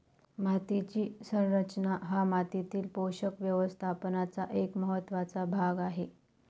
मातीची संरचना हा मातीतील पोषक व्यवस्थापनाचा एक महत्त्वाचा भाग आहे